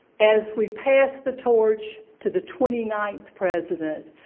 as we pass the torch to the twenty ninth president,